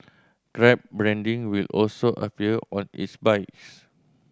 grab branding will also appear on its bikes